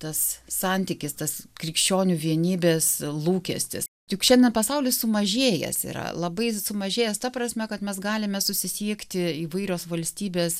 tas santykis tas krikščionių vienybės lūkestis juk šiandien pasaulis sumažėjęs yra labai sumažėjęs ta prasme kad mes galime susisiekti įvairios valstybės